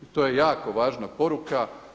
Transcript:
To je jako važna poruka.